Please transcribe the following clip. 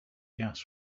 gas